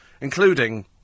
including